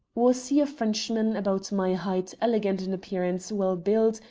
was he a frenchman, about my height, elegant in appearance, well built,